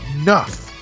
enough